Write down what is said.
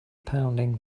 pounding